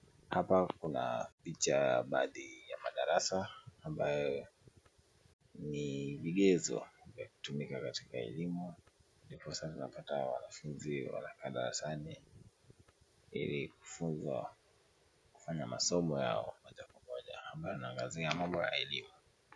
Hapa kuna picha ya baadhi ya madarasa ambayo ni vigezo vya kutumika katika elimu, ndiposa tunapata wanafunzi wanakaa darasani, ili kufunzwa kufanya masomo yao moja kwa moja, ambayo yanaangazia mambo ya elimu.